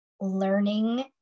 learning